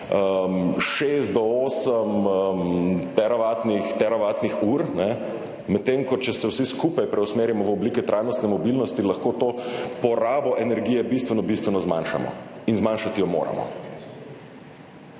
do osem teravatnih ur, medtem ko če se vsi skupaj preusmerimo v oblike trajnostne mobilnosti, lahko to porabo energije bistveno bistveno zmanjšamo. In zmanjšati jo moramo.